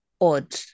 odd